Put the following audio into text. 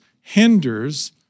hinders